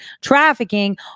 trafficking